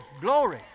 Glory